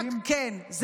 כן.